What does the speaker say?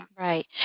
Right